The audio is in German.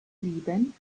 sieben